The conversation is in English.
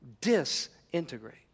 disintegrate